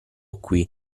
qui